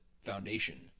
foundation